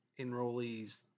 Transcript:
enrollees